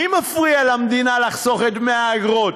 מי מפריע למדינה לחסוך את דמי האגרות?